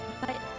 But-